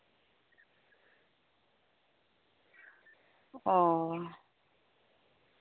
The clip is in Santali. ᱚ